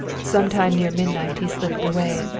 sometime near midnight he slipped away.